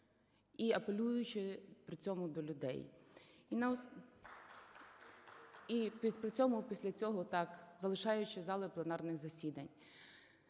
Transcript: і апелюючи при цьому до людей. І при цьому після цього так залишаючи залу пленарних засідань.